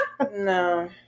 No